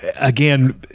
again